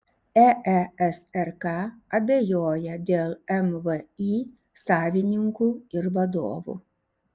eesrk abejoja dėl mvį savininkų ir vadovų